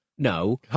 No